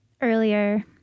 earlier